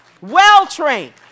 Well-trained